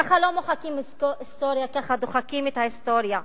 ככה לא מוחקים היסטוריה, ככה דוחקים את ההיסטוריה.